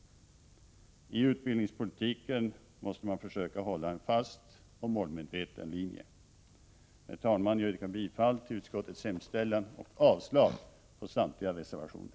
I utbildningspolitiken måste man försöka hålla en fast och målmedveten linje. Herr talman! Jag yrkar bifall till utbildningsutskottets hemställan och avslag på samtliga reservationer.